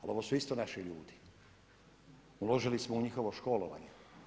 Ali ovo su isto naši ljudi, uložili smo u njihovo školovanje.